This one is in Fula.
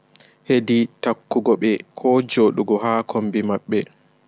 Hedi takkugo ɓe ko jodugo haa komɓi maɓɓe.